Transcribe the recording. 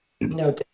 No